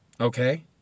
Okay